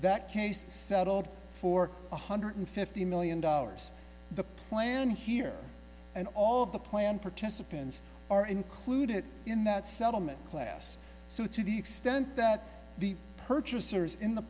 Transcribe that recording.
that case settled for one hundred fifty million dollars the plan here and all of the plan participants are included in that settlement class so to the extent that the purchasers in the